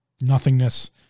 nothingness